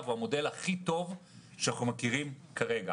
הוא המודל הכי טוב שאנחנו מכירים כרגע.